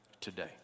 today